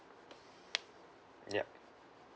yup